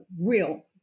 real